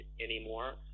anymore